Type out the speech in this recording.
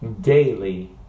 daily